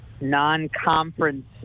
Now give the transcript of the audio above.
non-conference